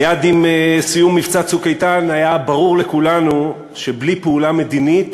מייד עם סיום מבצע "צוק איתן" היה ברור לכולנו שבלי פעולה מדינית